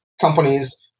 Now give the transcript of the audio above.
companies